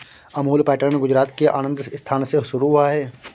Amul pattern Gujarat के आणंद स्थान से शुरू हुआ है